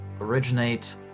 originate